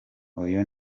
uyu